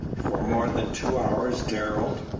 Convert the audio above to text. for more than two hours darrell,